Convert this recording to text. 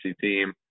team